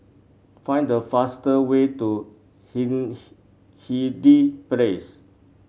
find the faster way to Hindhede Place